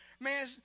Man